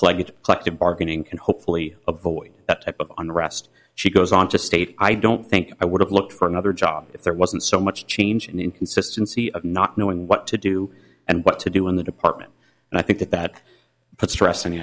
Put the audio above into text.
clogged collective bargaining and hopefully avoid that type of unrest she goes on to state i don't think i would have looked for another job if there wasn't so much change and inconsistency of not knowing what to do and what to do in the department and i think that that put stress